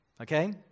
Okay